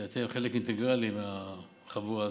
כי אתם חלק אינטגרלי מהחבורה הזאת.